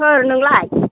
सोर नोंलाय